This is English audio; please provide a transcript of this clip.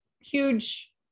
huge